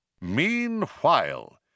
Meanwhile